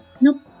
Nope